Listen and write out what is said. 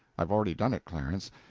i've already done it, clarence.